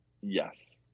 Yes